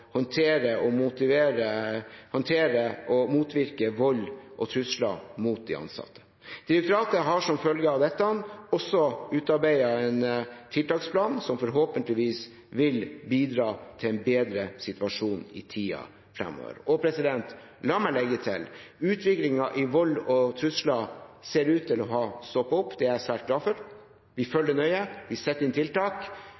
håndtere og å motvirke vold og trusler mot de ansatte. Direktoratet har som følge av dette også utarbeidet en tiltaksplan, som forhåpentligvis vil bidra til en bedre situasjon i tiden fremover. La meg legge til: Utviklingen når det gjelder vold og trusler, ser ut til å ha stoppet opp. Det er jeg svært glad for. Vi